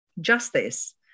justice